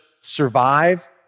survive